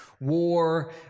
War